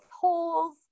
holes